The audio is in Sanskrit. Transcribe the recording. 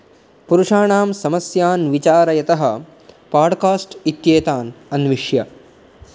पुरुषाणां समस्याः विचारयतः पाड्कास्ट् इत्येतान् अन्विष्य